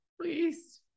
please